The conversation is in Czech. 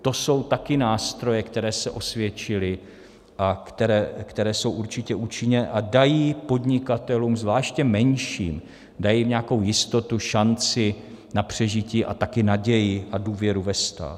To jsou také nástroje, které se osvědčily a které jsou určitě účinné a dají podnikatelům, zvláště menším, nějakou jistotu, šanci na přežití a také naději a důvěru ve stát.